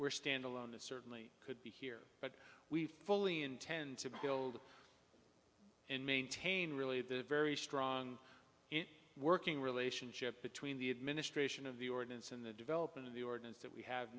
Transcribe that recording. were standalone it certainly could be here but we fully intend to build and maintain really the very strong working relationship between the administration of the ordinance and the development of the ordinance that we have